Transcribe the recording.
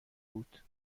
بود